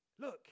look